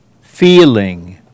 feeling